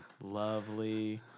lovely